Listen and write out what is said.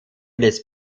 des